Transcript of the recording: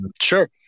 sure